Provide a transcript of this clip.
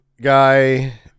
guy